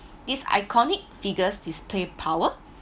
these iconic figures display power